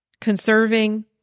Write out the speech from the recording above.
conserving